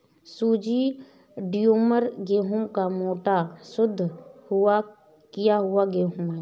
सूजी ड्यूरम गेहूं का मोटा, शुद्ध किया हुआ गेहूं है